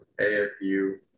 AFU